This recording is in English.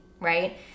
right